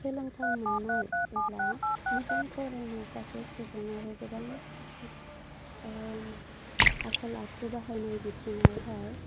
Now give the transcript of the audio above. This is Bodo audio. सोलोंथाइ मोननाय एब्ला मोजां फरायनाय सासे सुबुंआबो गोबां आखल आखु बाहायनाय बिथिङावहाय